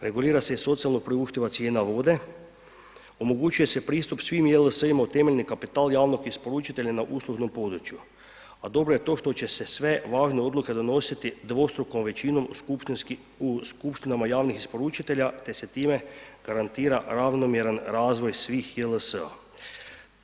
Regulira se i socijalno priuštiva cijena vode, omogućuje se pristup svim JLS-ima u temeljni kapital javnog isporučitelja na uslužnom području, a dobro je to što će se sve važne odluke donositi dvostrukom većinom u skupštinama javnih isporučitelja te se time garantira ravnomjeran razvoj svih JLS-a.